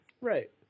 Right